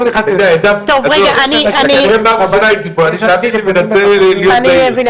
אתה יודע העדפתי, אני מנסה להיות זהיר.